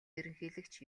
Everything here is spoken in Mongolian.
ерөнхийлөгч